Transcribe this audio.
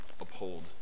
uphold